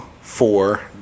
four